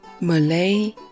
Malay